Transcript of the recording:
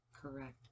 correct